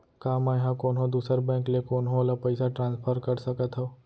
का मै हा कोनहो दुसर बैंक ले कोनहो ला पईसा ट्रांसफर कर सकत हव?